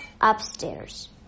upstairs